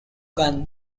gunn